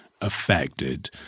affected